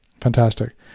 Fantastic